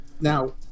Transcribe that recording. now